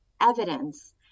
evidence